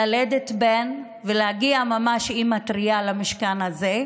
ללדת בן ולהגיע ממש אימא טרייה למשכן הזה.